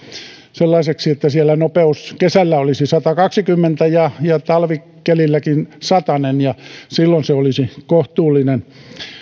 sellaiseksi että siellä nopeus kesällä olisi satakaksikymmentä ja talvikelilläkin sadannen silloin se olisi kohtuullinen